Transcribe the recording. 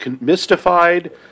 mystified